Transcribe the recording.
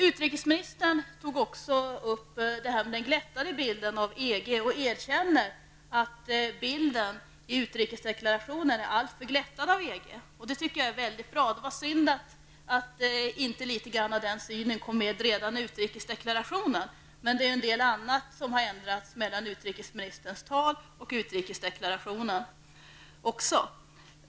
Utrikesministern erkände också att bilden av EG i utrikesdeklarationen är alltför glättad. Det tycker jag är väldigt bra. Det är synd att inte litet grand av den synen kom med redan i utrikesdeklarationen. Men det är också en del annat som har ändrats mellan utrikesministerns tal och utrikesdeklarationen.